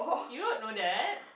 you don't know that